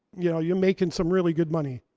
you know, you're making some really good money.